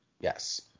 Yes